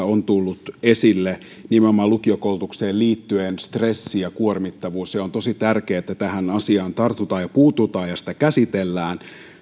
on tullut esille nimenomaan lukiokoulutukseen liittyen stressi ja kuormittavuus se on tosi tärkeää että tähän asiaan tartutaan puututaan ja sitä käsitellään